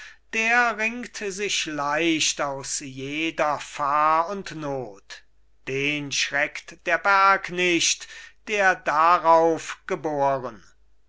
der ringt sich leicht aus jeder fahr und not den schreckt der berg nicht der darauf geboren